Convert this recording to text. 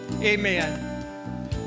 Amen